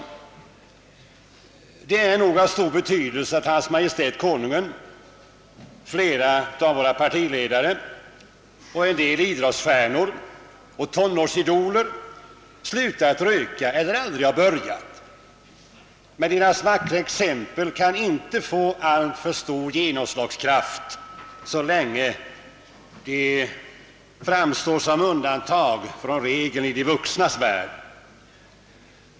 Det är nog av stor betydelse att Hans Majestät Konungen, flera av våra partiledare och en del idrottstjärnor och tonårsidoler slutat röka eller aldrig börjat. Men deras goda exempel kan inte få särskilt stor genomslagskraft så länge de framstår som undantag från regeln i de vuxnas värld.